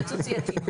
התייעצות סיעתית.